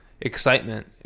excitement